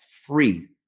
free